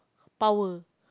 power